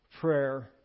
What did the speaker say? prayer